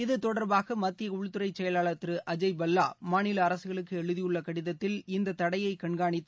இது தொடர்பாகமத்தியஉள்துறைசெயலாளர் திருஅஜய் பல்லாமாநிலஅரசுகளுக்குஎழுதியுள்ளகடிதத்தில் இந்ததடையைகண்காணித்து